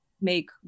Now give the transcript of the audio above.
make